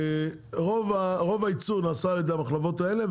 רוב הייצור נעשה על ידי המחלבות האלה,